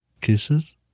Kisses